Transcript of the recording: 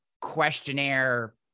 questionnaire